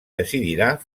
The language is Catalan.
decidirà